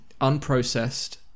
unprocessed